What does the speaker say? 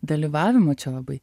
dalyvavimo čia labai